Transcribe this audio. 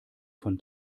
von